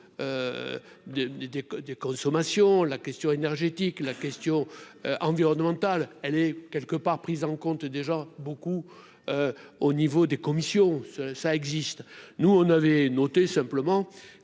des consommations la question énergétique la question environnementale elle est quelque part, prise en compte déjà beaucoup au niveau des commissions ce ça existe, nous on avait noté simplement